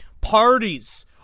Parties